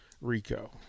Rico